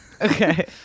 Okay